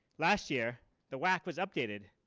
last year the wac was updated.